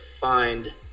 find